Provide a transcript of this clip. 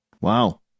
Wow